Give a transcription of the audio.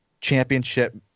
championship